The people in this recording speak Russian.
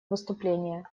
выступления